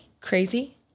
crazy